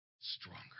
stronger